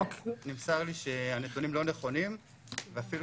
נמסר לי שהנתונים לא נכונים ואפילו